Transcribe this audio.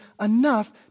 enough